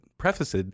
prefaced